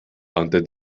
antes